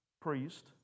priest